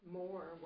more